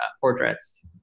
portraits